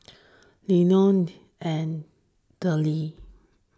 Elenor and Della